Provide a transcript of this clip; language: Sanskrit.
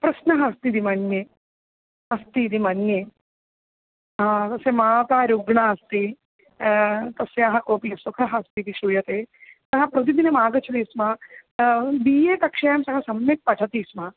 प्रश्नः अस्ति इति मन्ये अस्ति इति मन्ये तस्य माता रुग्णा अस्ति तस्याः कोऽपि असुखः अस्ति इति श्रूयते सः प्रतिदिनमागच्छति स्म बि ए कक्षायां सः सम्यक् पठति स्म